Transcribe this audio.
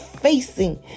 facing